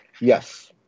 Yes